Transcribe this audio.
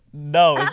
no,